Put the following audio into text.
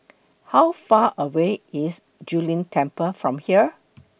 How Far away IS Zu Lin Temple from here